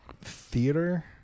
theater